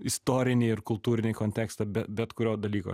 istorinį ir kultūrinį kontekstą be bet kurio dalyko